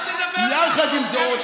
יחד עם זאת,